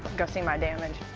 go see my damage.